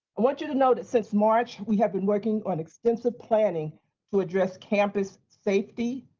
i want you to know that since march we have been working on extensive planning to address campus safety,